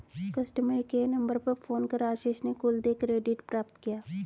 customer care number पर phone कर आशीष ने कुल देय क्रेडिट प्राप्त किया